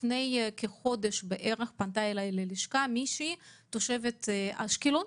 לפני כחודש פנתה אלי מישהי תושבת אשקלון